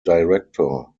director